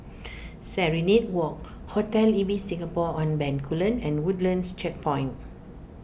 Serenade Walk Hotel Ibis Singapore on Bencoolen and Woodlands Checkpoint